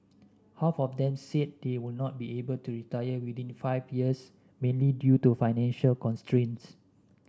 half of them said they would not be able to retire within five years mainly due to financial constraints